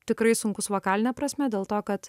tikrai sunkus vokaline prasme dėl to kad